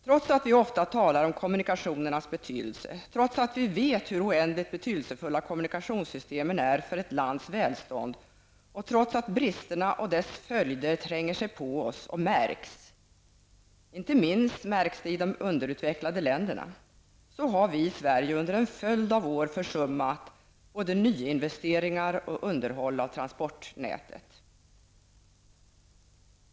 Trots att vi ofta talar om kommunikationernas betydelse, trots att vi vet hur oändligt betydelsefulla kommunikationssystemen är för ett lands välstånd och trots att bristerna och deras följder tränger sig på oss och märks -- inte minst i de underutvecklade länderna -- har vi i Sverige under en följd av år försummat både nyinvesteringar och underhåll av transportnätet.